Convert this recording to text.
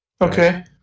Okay